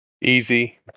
Easy